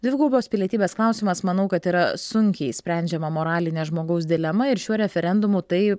dvigubos pilietybės klausimas manau kad yra sunkiai sprendžiama moralinė žmogaus dilema ir šiuo referendumu tai